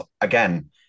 again